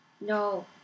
No